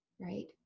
Right